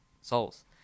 souls